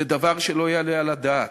זה דבר שלא יעלה על הדעת.